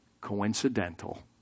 coincidental